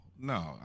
no